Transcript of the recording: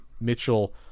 Mitchell